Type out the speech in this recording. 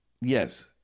Yes